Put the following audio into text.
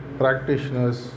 practitioners